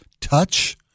touch